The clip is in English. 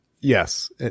Yes